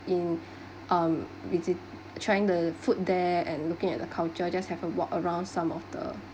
in um visiting trying the food there and looking at the culture just have a walk around some of the